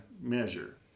measure